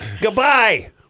Goodbye